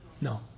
No